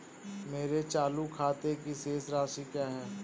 मेरे चालू खाते की शेष राशि क्या है?